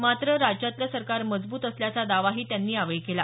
मात्र राज्यातलं सरकार मजबूत असल्याचा दावाही त्यांनी यावेळी केला